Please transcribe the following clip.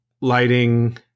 lighting